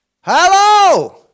Hello